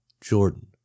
Jordan